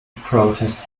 protest